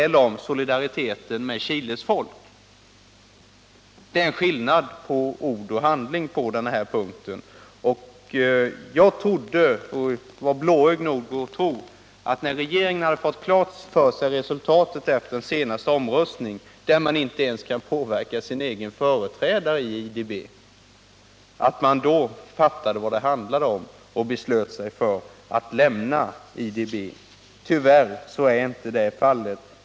om solidariteten med Chiles folk? Det är en skillnad mellan ord och handling på den här punkten, och jag var blåögd nog att tro att regeringen, när den hade fått klart för sig resultatet av den senaste omröstningen, där man inte ens kunde påverka sin egen företrädare i IDB, fattade vad det handlade om och skulle besluta sig för att lämna IDB. Tyvärr blev det inte fallet.